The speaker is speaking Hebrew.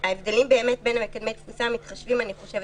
ההבדלים בין מקדמי התפוסה אני חושבת